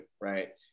right